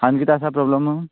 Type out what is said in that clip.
आनी कितें आसा प्रोब्लेम